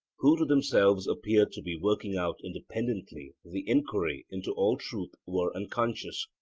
who to themselves appeared to be working out independently the enquiry into all truth, were unconscious.